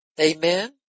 amen